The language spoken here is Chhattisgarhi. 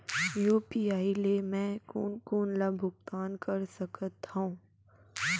यू.पी.आई ले मैं कोन कोन ला भुगतान कर सकत हओं?